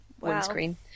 windscreen